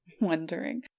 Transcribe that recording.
wondering